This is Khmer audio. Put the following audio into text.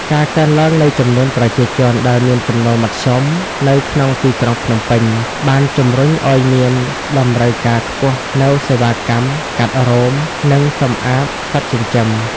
ការកើនឡើងនៃចំនួនប្រជាជនដែលមានចំណូលមធ្យមនៅក្នុងទីក្រុងភ្នំពេញ បានជំរុញឱ្យមានតម្រូវការខ្ពស់នូវសេវាកម្មកាត់រោម និងសម្អាតសត្វចិញ្ចឹម។